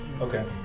Okay